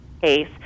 case